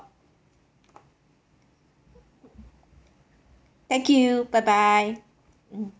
thank you bye bye